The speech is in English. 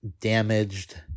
damaged